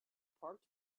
parked